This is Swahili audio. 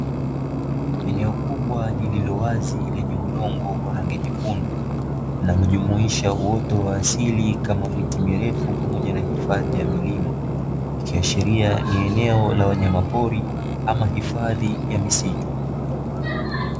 Eneo kubwa lililo wazi lenye udongo wa rangi nyekundu, linalojumuisha uoto wa asili kama miti mirefu pamoja na hifadhi ya milima. Ikiashiria ni eneo la wanyama pori ama hifadhi ya misitu.